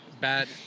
bad